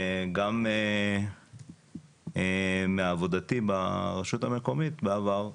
גם מעבודתי ברשות המקומית בעבר,